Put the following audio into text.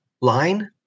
line